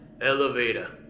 Elevator